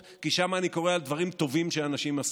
כי שם אני קורא על דברים טובים שאנשים עשו.